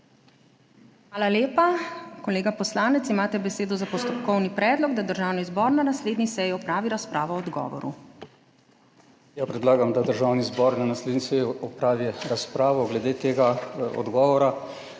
Hvala lepa. Kolega poslanec, imate besedo za postopkovni predlog, da Državni zbor na naslednji seji opravi razpravo o odgovoru. **ZVONKO ČERNAČ (PS SDS):** Predlagam, da Državni zbor na naslednji seji opravi razpravo glede tega odgovora.